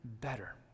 better